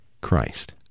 Christ